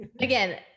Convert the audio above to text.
again